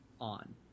on